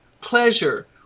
pleasure